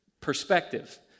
perspective